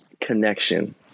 connection